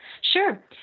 sure